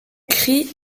cri